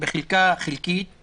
חלקית